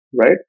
right